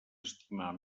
estimar